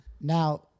Now